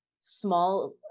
small